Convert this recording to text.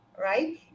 right